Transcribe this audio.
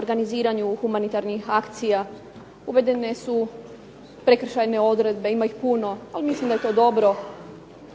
organiziranju humanitarnih akcija, uvedene su prekršajne odredbe. Ima ih puno. Ali mislim da je to dobro